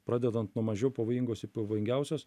pradedan nuo mažiau pavojingos ir pavojingiausios